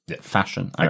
fashion